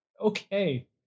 Okay